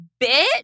bitch